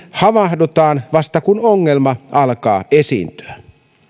havahdutaan vasta kun ongelmia alkaa esiintyä